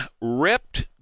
ripped